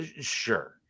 sure